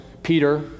Peter